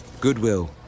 Goodwill